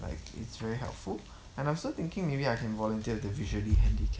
like it's very helpful and I'm also thinking maybe I can volunteer the visually handicapped